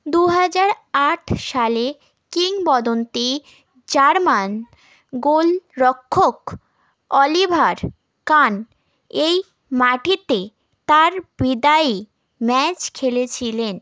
দু হাজার আট সালে কিংবদন্তি জার্মান গোলরক্ষক অলিভার কান এই মাঠিতে তাঁর বিদায়ী ম্যাচ খেলেছিলেন